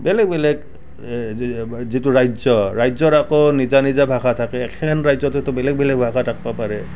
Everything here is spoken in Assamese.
বেলেগ বেলেগ যিটো ৰাজ্য ৰাজ্যৰ আকৌ নিজা নিজা ভাষা থাকে একেখন ৰাজ্যতে হয়তো বেলেগ বেলেগ ভাষা থাকিব পাৰে